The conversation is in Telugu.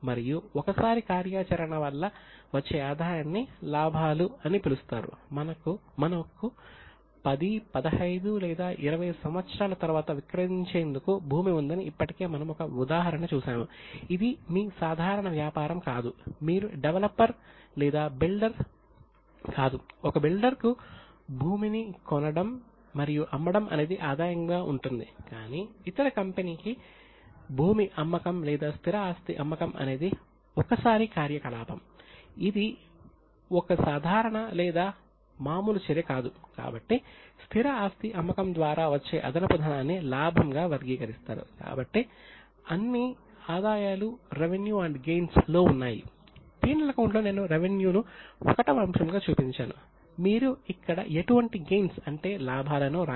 మొదట మనం ఇన్కమ్ అంశాలు గా మనము వర్గీకరించిన ఇతర లాభాలు కూడా ఉన్నాయి